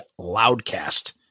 loudcast